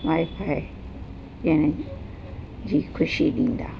wifi ऐं जी ख़ुशी ॾींदा